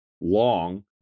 long